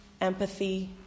empathy